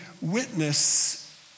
witness